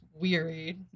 weary